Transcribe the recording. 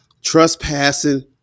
trespassing